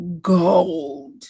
gold